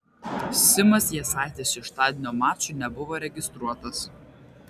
simas jasaitis šeštadienio mačui nebuvo registruotas